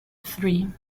three